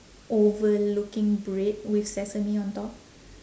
oval looking bread with sesame on top